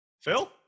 Phil